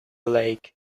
lake